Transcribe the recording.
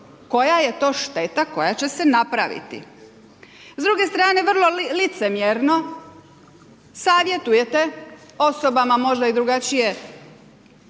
koja je to šteta koja će se napraviti? S druge strane vrlo licemjerno savjetujete osobama možda i drugačije